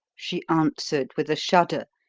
she answered, with a shudder,